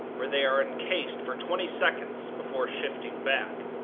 where they are encased for twenty seconds before shifting back.